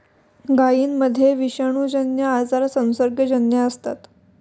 गायींमध्ये विषाणूजन्य आजार संसर्गजन्य असतात